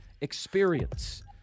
experience